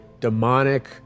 demonic